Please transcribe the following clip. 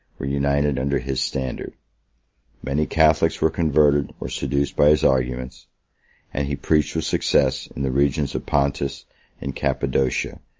were united under his standard many catholics were converted or seduced by his arguments and he preached with success in the regions of pontus and cappadocia,